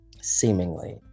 seemingly